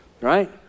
right